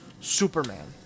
Superman